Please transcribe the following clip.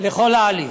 לכל ההליך.